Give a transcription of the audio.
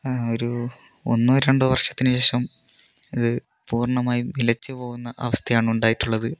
ഒരു ഒന്നോ രണ്ടോ വർഷത്തിനുശേഷം ഇത് പൂർണ്ണമായും നിലച്ചുപോകുന്ന അവസ്ഥയാണ് ഉണ്ടായിട്ടുള്ളത്